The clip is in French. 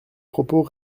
propos